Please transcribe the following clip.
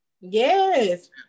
Yes